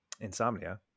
insomnia